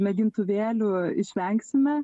mėgintuvėlių išvengsime